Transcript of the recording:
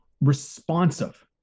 responsive